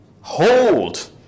hold